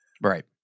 right